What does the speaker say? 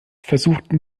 versuchten